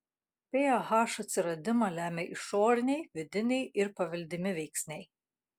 pah atsiradimą lemia išoriniai vidiniai ir paveldimi veiksniai